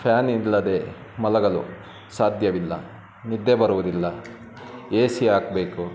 fan ಇಲ್ಲದೆ ಮಲಗಲು ಸಾಧ್ಯವಿಲ್ಲ ನಿದ್ದೆ ಬರುವುದಿಲ್ಲ ಎ ಸಿ ಹಾಕ್ಬೇಕು